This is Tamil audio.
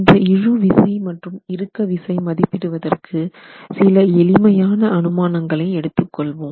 இந்த இழுவிசை மற்றும் இறுக்க விசை மதிப்பிடுவதற்கு சில எளிமையான அனுமானங்களை எடுத்துக் கொள்ளலாம்